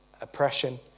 oppression